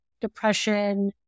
depression